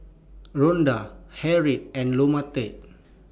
Rhonda Harriet and Lamonte